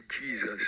Jesus